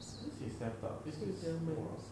this is eff up this is !wah!